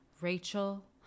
Rachel